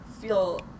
feel